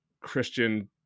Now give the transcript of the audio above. Christian